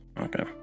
okay